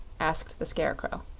asked the scarecrow.